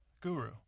guru